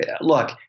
look